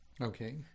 okay